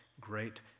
great